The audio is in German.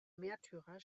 märtyrer